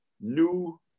new